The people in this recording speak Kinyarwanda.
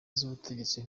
z’ubutegetsi